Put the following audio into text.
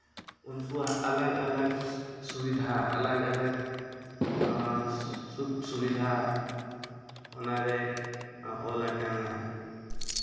ᱩᱱᱠᱩᱣᱟᱜ ᱟᱞᱟᱜᱽ ᱟᱞᱟᱜᱽ ᱥᱩᱵᱤᱫᱷᱟ ᱟᱞᱟᱜᱽ ᱟᱞᱟᱜᱽ ᱥᱩᱠ ᱥᱩᱵᱤᱫᱷᱟ ᱚᱱᱟ ᱨᱮ ᱚᱞ ᱟᱠᱟᱱᱟ